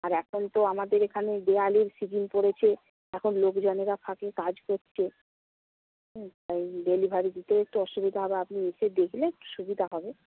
আর এখন তো আমাদের এখানে দেওয়ালির সিজন পড়েছে এখন লোকজনেরা ফাঁকে কাজ করছে হুম তাই ডেলিভারি দিতে একটু অসুবিধা হবে আপনি এসে দেখলে একটু সুবিধা হবে